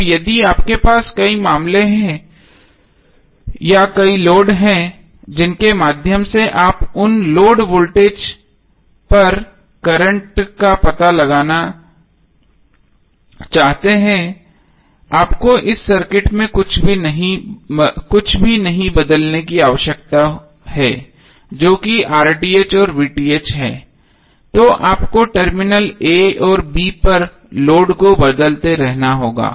अब यदि आपके पास कई मामले हैं या कई लोड हैं जिनके माध्यम से आप उन लोड वोल्टेज पर करंट का पता लगाना चाहते हैं आपको इस सर्किट में कुछ भी नहीं बदलने की आवश्यकता है जो कि और है तो आपको टर्मिनल a और b पर लोड को बदलते रहना होगा